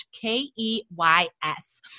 k-e-y-s